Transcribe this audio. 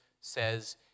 says